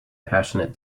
passionate